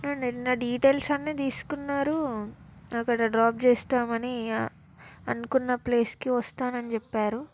నిన్న డీటైల్స్ అన్ని తీసుకున్నారు అక్కడ డ్రాప్ చేస్తామని అనుకున్నప్లేస్కి వస్తానని చెప్పారు